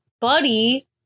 Buddy